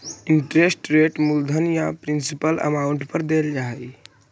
interest rate मूलधन या principal amount पर देल जा हई